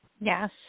Yes